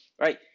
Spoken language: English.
right